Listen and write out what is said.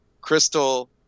crystal